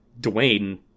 Dwayne